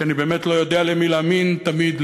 ואני באמת לא יודע למי להאמין תמיד,